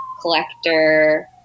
collector